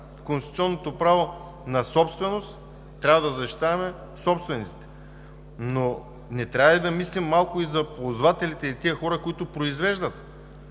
конституционното право на собственост – трябва да защитаваме собствениците, но не трябва ли да мислим малко за ползвателите и за тези хора, които произвеждат?